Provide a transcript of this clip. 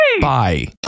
Bye